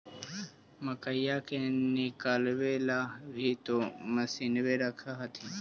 मकईया के निकलबे ला भी तो मसिनबे रख हखिन?